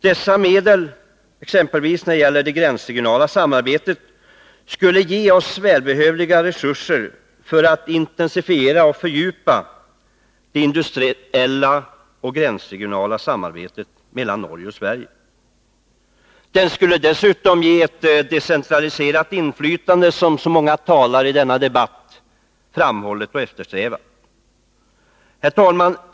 Dessa medel, exempelvis när det gäller det gränsregionala samarbetet, skulle ge oss välbehövliga resurser för att intensifiera och fördjupa det industriella och gränsregionala samarbetet mellan Norge och Sverige. Det skulle dessutom ge ett decentraliserat inflytande, som så många talare i denna debatt har framhållit att de eftersträvar. Herr talman!